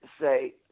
say